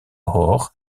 oor